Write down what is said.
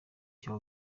cya